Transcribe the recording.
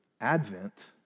Advent